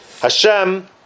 Hashem